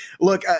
look